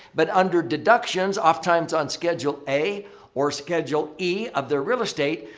but under deductions off times on schedule a or schedule e of their real estate,